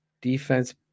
Defense